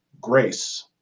grace